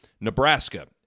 Nebraska